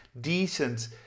decent